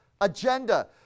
agenda